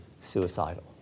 suicidal